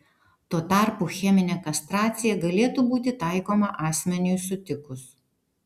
tuo tarpu cheminė kastracija galėtų būti taikoma asmeniui sutikus